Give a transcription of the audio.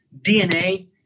DNA